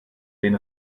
den